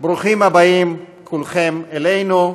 ברוכים הבאים, כולכם, אלינו.